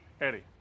Eddie